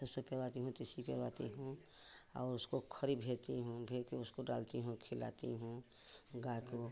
सरसों पेरवाती हूँ तीसी पेरवाती हूँ और उसको खरी भेजती हूँ भेजकर उसको डालती हूँ खिलाती हूँ गाय को